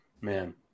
Man